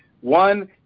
one